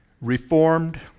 Reformed